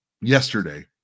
yesterday